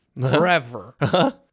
forever